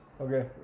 Okay